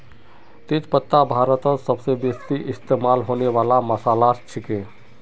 तेज पत्ता भारतत सबस बेसी इस्तमा होने वाला मसालात छिके